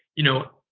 you know,